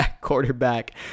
quarterback